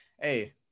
hey